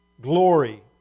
glory